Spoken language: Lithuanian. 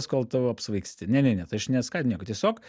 kol tu apsvaigsti ne ne ne tai aš neskatinu nieko tiesiog